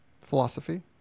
Philosophy